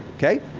ok?